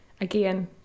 again